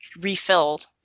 refilled